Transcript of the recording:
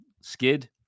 skid